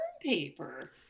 paper